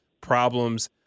problems